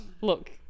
look